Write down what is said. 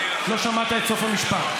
לא שמעת את סוף המשפט.